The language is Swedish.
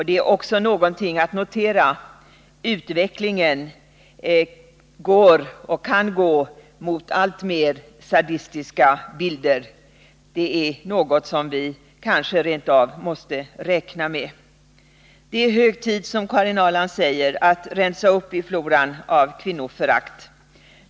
Det är också värt att notera att utvecklingen kan gå mot alltmer sadistiska bilder. Kanske är detta rent av något som vi måste räkna med. Det är, som Karin Ahrland säger, hög tid att rensa upp i floran av alster med kvinnoförakt.